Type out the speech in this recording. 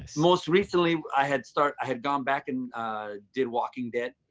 and most recently i had start i had gone back and did walking dead.